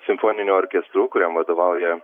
simfoniniu orkestru kuriam vadovauja